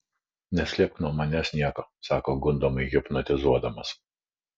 neslėpk nuo manęs nieko sako gundomai hipnotizuodamas